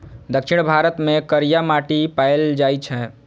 दक्षिण भारत मे करिया माटि पाएल जाइ छै